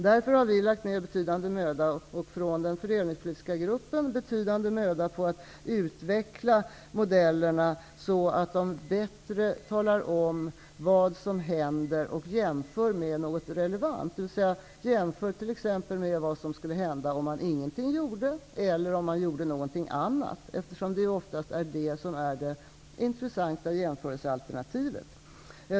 Den fördelningspolitiska gruppen har därför lagt betydande möda på att utveckla modellerna så att de bättre visar vad som hände. Man jämför med någonting relevant, dvs. jämför t.ex. med vad som skulle hända om vi ingenting gjorde eller om vi gjorde något annat, eftersom det oftast är det som är det intressanta jämförelsealternativet.